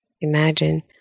imagine